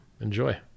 enjoy